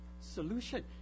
solution